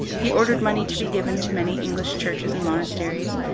he ordered money to be given to many english churches and monasteries,